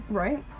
right